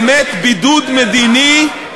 באמת בידוד מדיני,